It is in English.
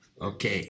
Okay